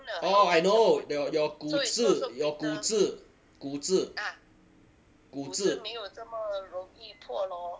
orh I know your your 骨质 your 骨质骨质骨质